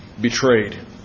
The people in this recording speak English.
betrayed